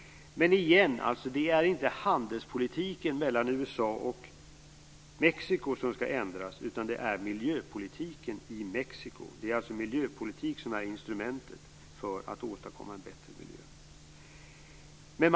Men det är återigen inte Mexikos och USA:s handelspolitik som skall ändras utan miljöpolitiken i Mexiko. Det är alltså miljöpolitiken som är instrumentet för att åstadkomma en bättre miljö.